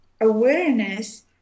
awareness